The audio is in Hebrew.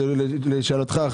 לשאלתך,